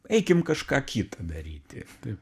eikim kažką kita daryti taip